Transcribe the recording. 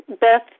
Beth